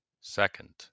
Second